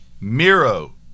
Miro